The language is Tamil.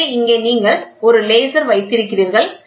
எனவே இங்கே நீங்கள் ஒரு லேசர் வைத்திருக்கிறீர்கள்